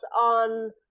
on